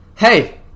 Hey